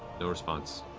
no response.